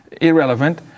Irrelevant